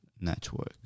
network